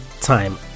time